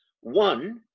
one